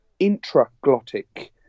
intraglottic